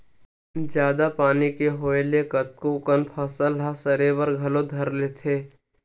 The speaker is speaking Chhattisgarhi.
जादा पानी के होय ले कतको कन फसल ह सरे बर घलो धर लेथे